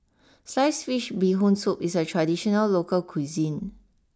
sliced Fish Bee Hoon Soup is a traditional local cuisine